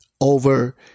over